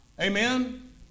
Amen